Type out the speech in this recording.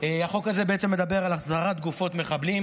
החוק הזה בעצם מדבר על החזרת גופות מחבלים,